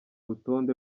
rutonde